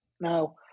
Now